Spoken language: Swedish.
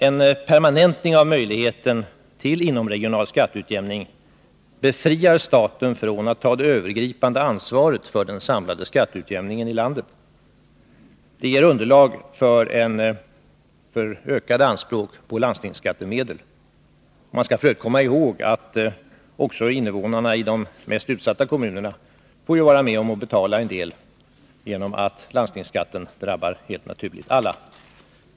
En permanentning av möjligheten till inomregional skatteutjämning befriar staten från att ta det övergripande ansvaret för den samlade skatteutjämningen i landet. Det ger underlag för ökade anspråk på landstingsskattemedel. Man skall f. ö. komma ihåg att också invånarna i de mest utsatta kommunerna får vara med om att betala en del, genom att landstingsskatten, helt naturligt, drabbar alla. Herr talman!